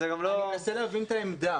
זה גם לא --- אני מנסה להבין את העמדה.